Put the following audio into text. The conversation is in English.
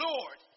Lord